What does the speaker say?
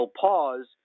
pause